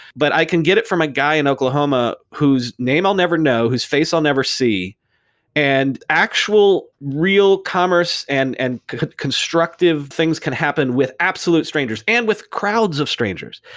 but i can get it from a guy in oklahoma whose name i'll never know, whose face i'll never see and actual, real commerce and and constructive things can happen with absolute strangers and with crowds of strangers.